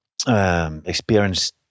Experience